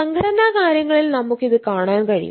സംഘടനാ കാര്യങ്ങളിൽ നമുക്ക് ഇത് കാണാൻ കഴിയും